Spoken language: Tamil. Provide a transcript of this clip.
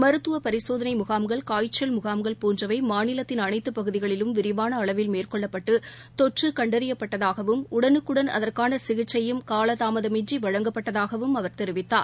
மருத்துவபரிசோதனைமுகாம்கள் காய்ச்சல் முகாம்கள் போன்றவைமாநிலத்தின் அனைத்துபகுதிகளிலும் விரிவானஅளவில் மேற்கொள்ளப்பட்டுதொற்றுகண்டறியப்பட்டதாகவும் உடனுக்குடன் அதற்கானசிகிச்சையும் காலதாமதம் இன்றிவழங்கப்பட்டதாகவும் அவர் தெரிவித்தார்